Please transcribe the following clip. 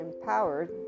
empowered